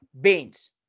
beans